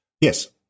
yes